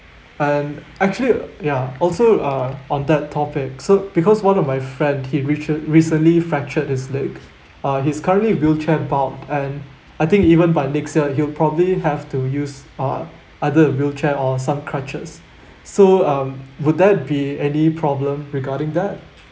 and actually ya also uh on that topic so because one of my friend he'd rec~ recently fractured his leg uh he's currently wheelchair bound and I think even by next year he'll probably have to use uh either a wheelchair or some crutches so um would that be any problem regarding that